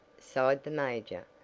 sighed the major,